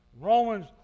Romans